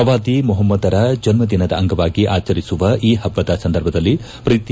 ಪ್ರವಾದಿ ಮೊಪಮ್ದರ ಜನ್ಮದಿನದ ಅಂಗವಾಗಿ ಆಚರಿಸುವ ಈ ಪ್ಪುದ ಸಂದರ್ಭದಲ್ಲಿ ಪ್ರೀತಿ